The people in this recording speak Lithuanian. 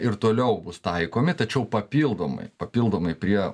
ir toliau bus taikomi tačiau papildomai papildomai prie